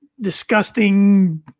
disgusting